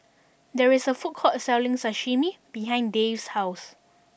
there is a food court selling Sashimi behind Dave's house